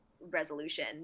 resolution